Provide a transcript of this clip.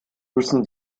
müssen